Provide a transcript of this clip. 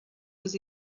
was